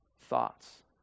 thoughts